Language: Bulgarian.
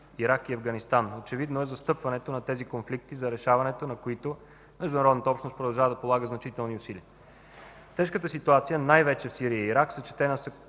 Ирак и Афганистан. Очевидно е застъпването на тези конфликти, за решаването на които международната общност продължава да полага значителни усилия. Тежката ситуация, най-вече в Сирия и Ирак, съчетана с